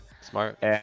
Smart